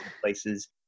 places